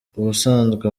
ubusanzwe